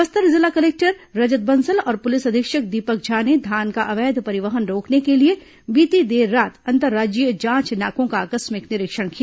बस्तर जिला कलेक्टर रजत बंसल और पुलिस अधीक्षक दीपक झा ने धान का अवैध परिवहन रोकने के लिए बीती देर रात अंतर्राज्यीय जांच नाकों का आकस्मिक निरीक्षण किया